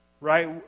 Right